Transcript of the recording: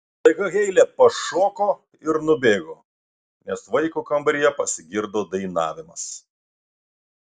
staiga heile pašoko ir nubėgo nes vaiko kambaryje pasigirdo dainavimas